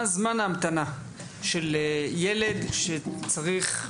מה זמן ההמתנה של ילד שצריך?